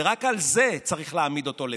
ורק על זה צריך להעמיד אותו לדין.